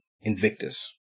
Invictus